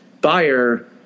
buyer